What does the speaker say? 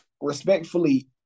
respectfully